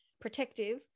protective